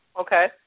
Okay